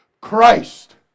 Christ